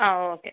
ആ ഓക്കെ